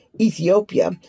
Ethiopia